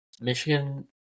Michigan